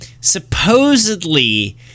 supposedly